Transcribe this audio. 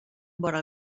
vora